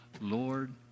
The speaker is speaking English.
Lord